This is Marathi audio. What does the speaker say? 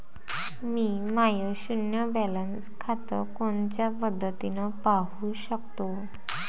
मी माय शुन्य बॅलन्स खातं कोनच्या पद्धतीनं पाहू शकतो?